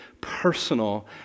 personal